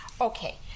Okay